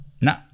No